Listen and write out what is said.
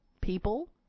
people